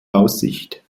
aussicht